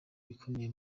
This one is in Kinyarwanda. ibikomeye